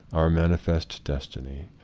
our mani fest destiny,